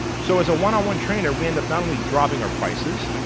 so as a one-on-one trainer, we end up not only dropping our prices,